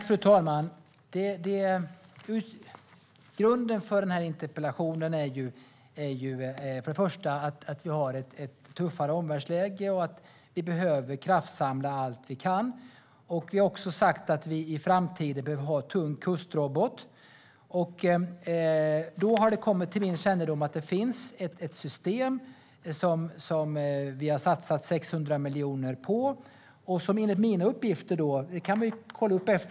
Fru talman! Grunden för den här interpellationen är för det första att vi har ett tuffare omvärldsläge och att vi behöver kraftsamla allt vi kan. För det andra har vi sagt att vi i framtiden vill ha tung kustrobot. Då har det kommit till min kännedom att det finns ett system som vi har satsat 600 miljoner på och som enligt mina uppgifter fortfarande skulle kunna användas.